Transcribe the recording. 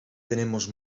tenemos